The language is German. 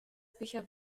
bücher